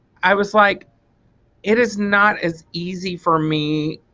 i was like it is not as easy for me